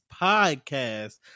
podcast